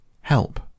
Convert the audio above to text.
Help